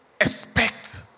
expect